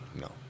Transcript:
No